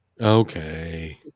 Okay